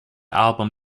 album